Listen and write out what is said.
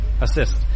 assist